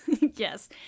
yes